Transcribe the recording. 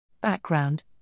Background